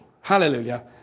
Hallelujah